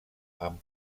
amb